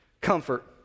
Comfort